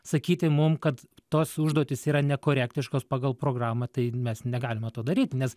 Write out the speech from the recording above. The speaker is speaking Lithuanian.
sakyti mum kad tos užduotys yra nekorektiškos pagal programą tai mes negalime to daryt nes